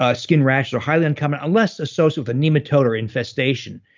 ah skin rash are highly uncommon, unless a source of the nematode, or infestation,